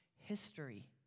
history